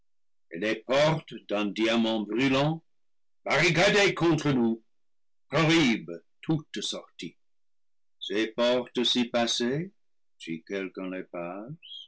et les portes d'un diamant brûlant barricadées contre nous pro hibent toute sortie ces portes ci passées si quelqu'un